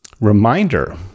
reminder